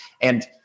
And-